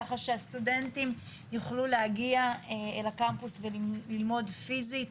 ככה שהסטודנטים יוכלו להגיע אל הקמפוס וללמוד פיזית.